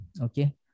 Okay